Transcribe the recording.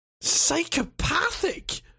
psychopathic